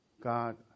God